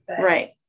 Right